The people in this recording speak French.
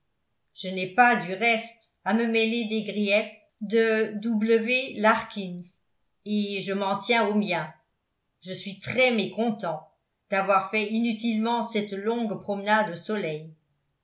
je n'ai pas du reste à me mêler des griefs de w larkins et je m'en tiens aux miens je suis très mécontent d'avoir fait inutilement cette longue promenade au soleil